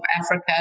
Africa